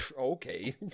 okay